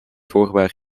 hoorbaar